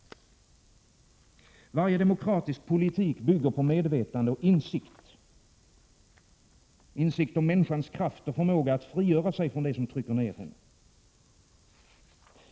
Varje demokratisk politik bygger på medvetande och insikt, insikt om människans kraft och förmåga att frigöra sig från det som trycker ner henne.